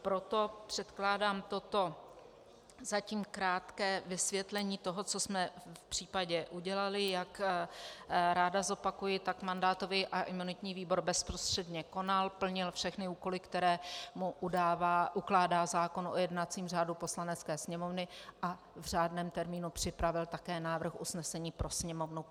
Proto předkládám toto, zatím krátké, vysvětlení toho, co jsme v případě udělali, jak, ráda zopakuji, mandátový a imunitní výbor bezprostředně konal, plnil všechny úkoly, které mu ukládal zákon o jednacím řádu Poslanecké sněmovny a v řádném termínu připravil také návrh usnesení pro Sněmovnu.